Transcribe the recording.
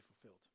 fulfilled